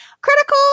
critical